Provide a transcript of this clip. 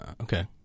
okay